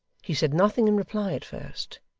he said nothing in reply at first,